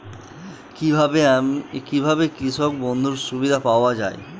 কি ভাবে কৃষক বন্ধুর সুবিধা পাওয়া য়ায়?